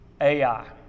Ai